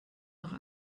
noch